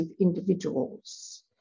individuals